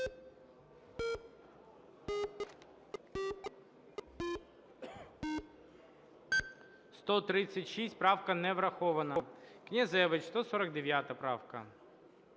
За-136 Правка не врахована. Князевич, 149 правка.